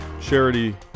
charity